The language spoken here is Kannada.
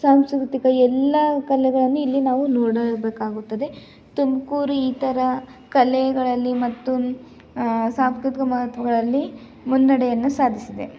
ಸಾಂಸ್ಕೃತಿಕ ಎಲ್ಲ ಕಲೆಗಳನ್ನು ಇಲ್ಲಿ ನಾವು ನೋಡಬೇಕಾಗುತ್ತದೆ ತುಮಕೂರು ಈ ಥರ ಕಲೆಗಳಲ್ಲಿ ಮತ್ತು ಸಾಂಸ್ಕೃತಿಕ ಮಹತ್ವಗಳಲ್ಲಿ ಮುನ್ನಡೆಯನ್ನು ಸಾಧಿಸಿದೆ